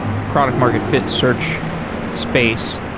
product market fits search space,